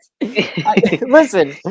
Listen